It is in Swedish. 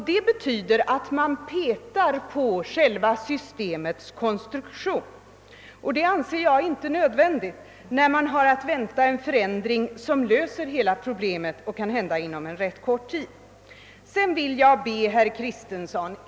Det betyder att man petar på själva systemets konstruktion, och det anser jag inte vara nödvändigt när vi nu, kanhända inom kort, har att vänta förslag till en ändring som löser hela problemet.